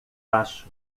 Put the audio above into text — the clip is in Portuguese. acho